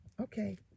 okay